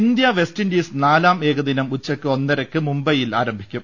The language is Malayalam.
ഇന്ത്യ വെസ്റ്റിൻഡീസ് നാലാം ഏകദിനം ഉച്ചയ്ക്ക് ഒന്നരയ്ക്ക് മുംബൈയിൽ ആരംഭിക്കും